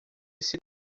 esse